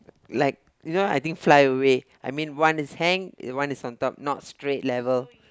like you know I think fly away I mean one is hang one is on top not straight level